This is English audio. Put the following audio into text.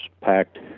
packed